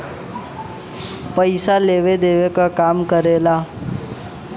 पइसा लेवे देवे क काम करेला